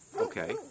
okay